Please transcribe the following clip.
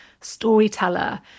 storyteller